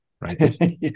right